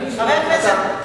חבר הכנסת כהן,